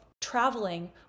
traveling